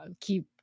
keep